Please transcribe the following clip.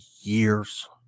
years